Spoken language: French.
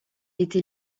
était